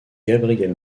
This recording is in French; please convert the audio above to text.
gabriel